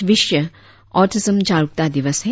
आज विश्व ऑटिज्म जागरुकता दिवस है